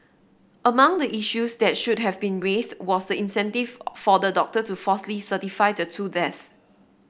among the issues that should have been raised was the incentive for the doctor to falsely certify the two deaths